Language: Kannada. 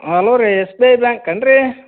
ಹಲೋ ರೀ ಎಸ್ ಬಿ ಐ ಬ್ಯಾಂಕನ್ರೀ